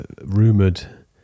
rumoured